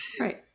Right